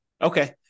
Okay